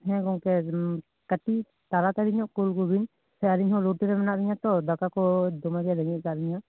ᱦᱮᱸ ᱜᱚᱝᱠᱮ ᱠᱟᱴᱤᱡ ᱛᱟᱲᱟᱛᱟᱲᱤ ᱧᱚᱜ ᱵᱷᱮᱡᱟ ᱠᱚᱵᱤᱱ ᱥᱮ ᱟᱞᱤᱧᱦᱚᱸ ᱨᱳᱰᱨᱮ ᱢᱮᱱᱟᱜ ᱞᱤᱧᱟ ᱛᱚ ᱫᱟᱠᱟ ᱠᱚ ᱫᱚᱢᱮᱜᱮ ᱨᱮᱜᱮᱡᱽ ᱟᱠᱟᱫ ᱞᱤᱧᱟ